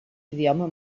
idioma